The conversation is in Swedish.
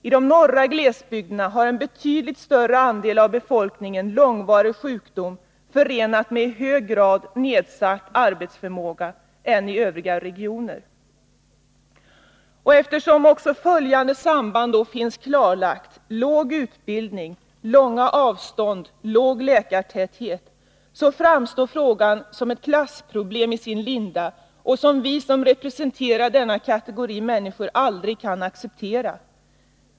I de norra glesbygderna har en betydligt större andel av befolkningen långvarig sjukdom, förenad med i hög grad nedsatt arbetsförmåga, än befolkningen i övriga regioner. Följande samband finns också klarlagt: låg utbildning, långa avstånd och låg läkartäthet. Därför framstår frågan som ett klassproblem i sin linda, vilket vi som representerar denna kategori människor aldrig kan acceptera.